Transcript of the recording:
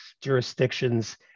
jurisdictions